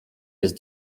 jest